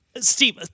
Steve